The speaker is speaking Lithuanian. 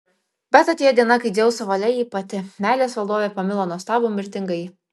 bet atėjo diena kai dzeuso valia ji pati meilės valdovė pamilo nuostabų mirtingąjį